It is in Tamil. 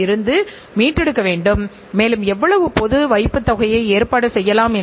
ஆனால் இது நிதிக்கணக்கு எதையும் செலவு கணக்குகளையும் ஒன்றாக தன்னகத்தே அடக்கி உள்ளது என்று கூறலாம்